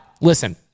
listen